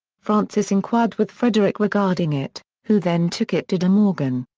francis inquired with frederick regarding it, who then took it to de morgan.